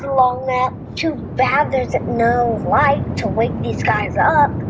long nap! too bad there's no light to wake these guys up!